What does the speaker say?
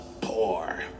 poor